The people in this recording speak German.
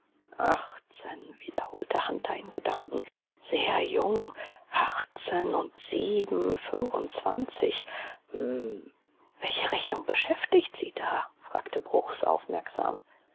achtzehn wiederholte hunter in gedanken sehr jung achtzehn und sieben fünfundzwanzig hm welche rechnung beschäftigt sie da fragte bruchs aufmerksam